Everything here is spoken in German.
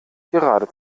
gerade